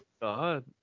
God